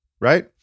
right